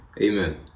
Amen